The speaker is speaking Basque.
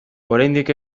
oraindik